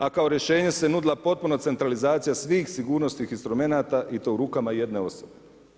A kao rješenje se nudila potpuna centralizacija svih sigurnosnih instrumenata i to u rukama jedne osobe.